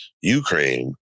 Ukraine